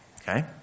Okay